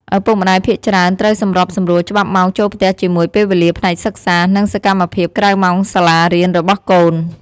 ឪពុកម្តាយភាគច្រើនត្រូវសម្របសម្រួលច្បាប់ម៉ោងចូលផ្ទះជាមួយពេលវេលាផ្នែកសិក្សា និងសកម្មភាពក្រៅម៉ោងសាលារៀនរបស់កូន។